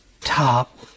top